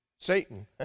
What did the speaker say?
Satan